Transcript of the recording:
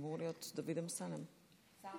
הישיבה, חבריי חברי הכנסת,